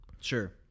Sure